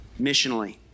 missionally